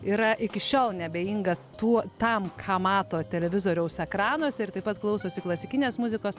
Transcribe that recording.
yra iki šiol neabejinga tuo tam ką mato televizoriaus ekranuose ir taip pat klausosi klasikinės muzikos